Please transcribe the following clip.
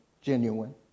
genuine